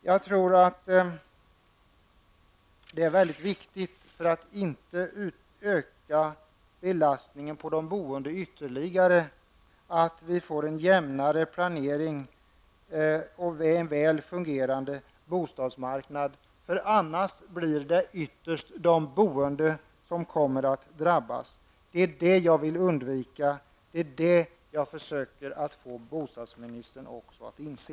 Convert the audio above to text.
Jag tror att det är mycket viktigt, för att inte belastningen på de boende skall öka ytterligare, att vi får en jämnare planering och en väl fungerande bostadsmarknad. Annars blir det ytterst de boende som kommer att drabbas. Det är det jag vill undvika -- och det är detta jag försöker få även bostadsministern att inse.